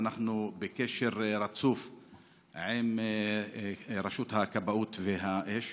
אנחנו בקשר רצוף עם רשות הכבאות והאש,